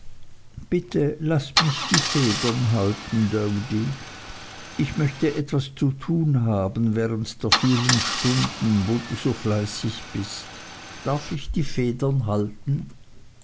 bitte laß mich die federn halten doady ich möchte etwas zu tun haben während der vielen stunden wo du so fleißig bist darf ich die federn halten